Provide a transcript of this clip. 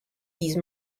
these